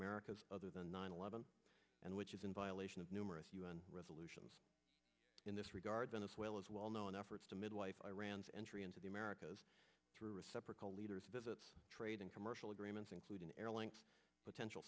americas other than nine eleven and which is in violation of numerous un resolutions in this regard then as well as well known efforts to midwife iran's entry into the americas through reciprocal leaders visits trade and commercial agreements including airlink potential